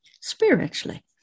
spiritually